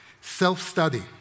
Self-study